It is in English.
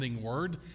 word